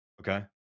Okay